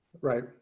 Right